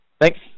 Thanks